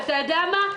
אתה יודע מה,